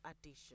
addition